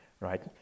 right